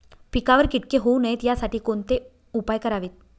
पिकावर किटके होऊ नयेत यासाठी कोणते उपाय करावेत?